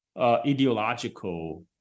ideological